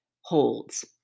holds